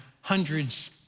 hundreds